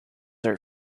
are